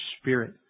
spirit